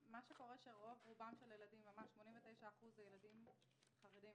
רוב רובם של הילדים, ממש 89% הם ילדים חרדים